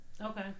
Okay